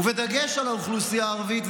בדגש על האוכלוסייה הערבית,